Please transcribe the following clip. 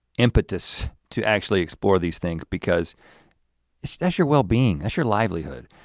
impetus to actually explore these things because so that's your well-being, that's your livelihood.